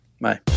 Bye